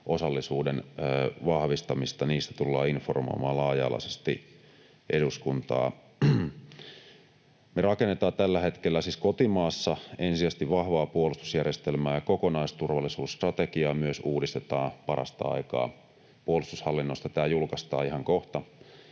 osallisuuden vahvistamista. Niistä tullaan informoimaan laaja-alaisesti eduskuntaa. Me rakennetaan tällä hetkellä siis kotimaassa ensisijaisesti vahvaa puolustusjärjestelmää, ja kokonaisturvallisuusstrategiaa myös uudistetaan parasta aikaa. Puolustushallinnosta tämä julkaistaan ihan kohta